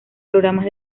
programas